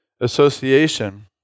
association